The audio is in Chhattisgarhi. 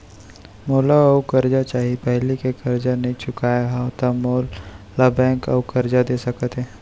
मोला अऊ करजा चाही पहिली के करजा नई चुकोय हव त मोल ला बैंक अऊ करजा दे सकता हे?